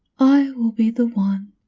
i will be the one,